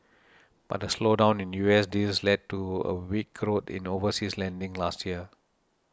but a slowdown in U S deals led to a weak growth in overseas lending last year